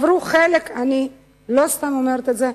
אני לא סתם אומרת את זה,